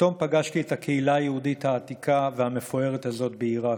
פתאום פגשתי את הקהילה היהודית העתיקה והמפוארת הזו בעיראק,